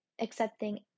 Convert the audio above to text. accepting